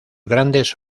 grandes